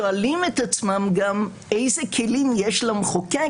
שואלים את עצמם גם איזה כלים יש למחוקק